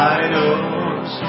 idols